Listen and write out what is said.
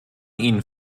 ihnen